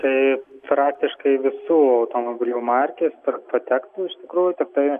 tai praktiškai visų automobilių markės ir patektų iš tikrųjų tiktai